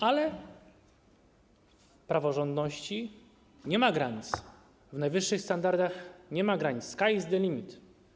Ale w praworządności nie ma granic, w najwyższych standardach nie ma granic, sky is the limit.